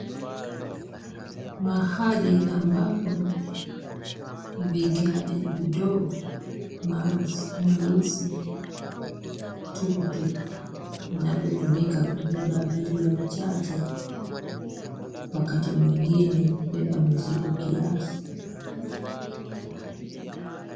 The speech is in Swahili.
Mahali ambapo vigari vidogo maarufu tuktuk inavyotumika kubeba abiria wachache wakati mwingine hubeba mizigo kiasi.